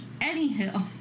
Anywho